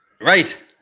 Right